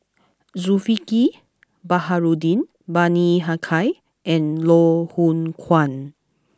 Zulkifli Baharudin Bani Haykal and Loh Hoong Kwan